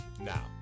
now